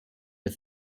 but